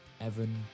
Evan